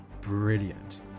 brilliant